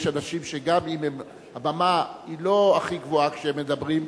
יש אנשים שגם אם הבמה לא הכי גבוהה כשהם מדברים,